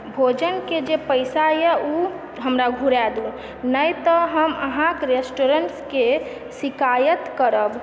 भोजनके जे पैसा यऽ ओ हमरा घुरै दियऽ नहि तऽ हम अहाँके रेस्टोरेन्टस के सिकायत करब